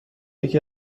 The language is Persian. یکی